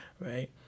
right